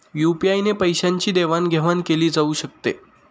UPI ने पैशांची देवाणघेवाण केली जाऊ शकते